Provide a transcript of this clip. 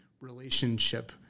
relationship